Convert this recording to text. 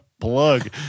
plug